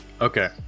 Okay